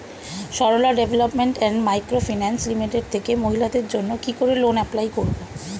Sarala development and micro finance limited থেকে মহিলাদের জন্য কি করে লোন এপ্লাই করব?